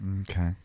Okay